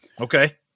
Okay